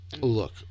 Look